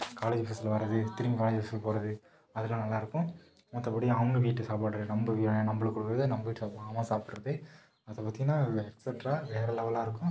college பஸ்ஸில் வரறது திரும்பி காலேஜு பஸ்ஸில் போகிறது அதெலாம் நல்லா இருக்கும் மற்றபடி அவங்க வீட்டு சாப்பாடு நம்ம வீ ஏன் நம்மளுக்கு கொடுக்கறது நம்ம வீட்டு சாப்பாடு அவன் சாப்புடுறது அதை பார்த்தீன்னா எக்ஸட்ரா வேற லெவலாக இருக்கும்